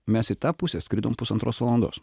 mes į tą pusę skridom pusantros valandos